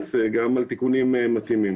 נמליץ גם על תיקונים מתאימים.